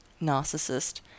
narcissist